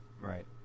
right